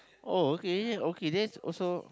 oh okay okay that's also